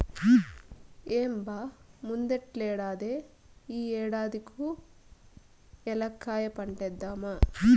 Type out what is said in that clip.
ఏం బా ముందటేడల్లే ఈ ఏడాది కూ ఏలక్కాయ పంటేద్దామా